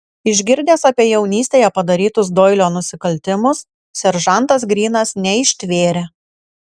išgirdęs apie jaunystėje padarytus doilio nusikaltimus seržantas grynas neištvėrė